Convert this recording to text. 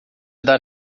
dar